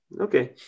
Okay